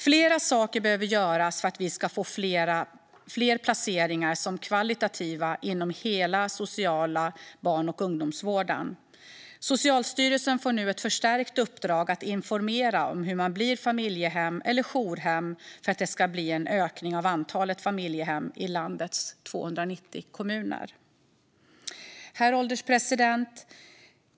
Flera saker behöver göras för att vi ska få fler kvalitativa placeringar inom hela den sociala barn och ungdomsvården. Socialstyrelsen får nu ett förstärkt uppdrag att informera om hur man blir familjehem eller jourhem för att det ska bli en ökning av antalet familjehem i landets 290 kommuner. Herr ålderspresident!